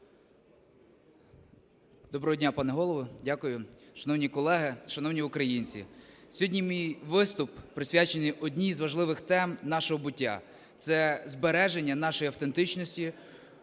Доброго дня, пане Голово. Дякую. Шановні колеги, шановні українці! Сьогодні мій виступ присвячений одній з важливих тем нашого буття – це збереження нашої автентичності,